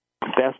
best